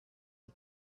the